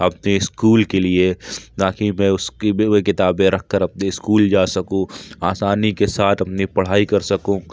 اپنے اسکول کے لیے تاکہ میں اس کی کتابیں رکھ کر اپنے اسکول جا سکوں آسانی کے ساتھ اپنی پڑھائی کر سکوں